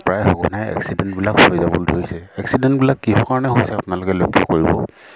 প্ৰায় সঘনাই এক্সিডেণ্টবিলাক হৈ যাবলৈ ধৰিছে এক্সিডেণ্টবিলাক কিহৰ কাৰণে হৈছে আপোনালোকে লক্ষ্য কৰিব